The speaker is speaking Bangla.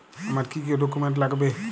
আমার কি কি ডকুমেন্ট লাগবে?